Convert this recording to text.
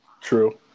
True